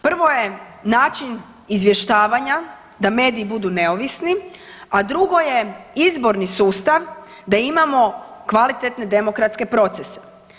Prvo je način izvještavanja da mediji budu neovisni, a drugo je izborni sustav da imamo kvalitetne demokratske procese.